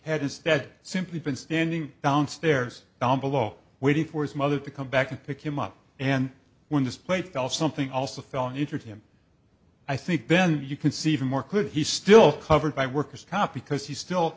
had instead simply been standing downstairs down below waiting for his mother to come back and pick him up and when this plate fell something also fell into him i think then you can see even more could he's still covered by worker's comp because he's still